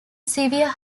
severe